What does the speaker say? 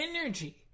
energy